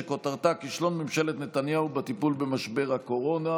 שכותרתה: כישלון ממשלת נתניהו בטיפול במשבר הקורונה.